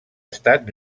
estat